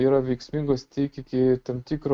yra veiksmingos tik iki tam tikro